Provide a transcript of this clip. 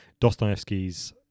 dostoevsky's